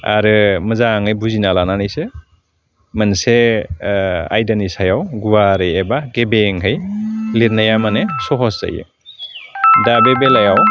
आरो मोजाङै बुजिना लानानैसो मोनसे आयदानि सायाव गुवारै एबा गेबेङै लिरनाया माने सहस जायो दा बे बेलायाव